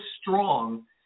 strong